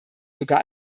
sogar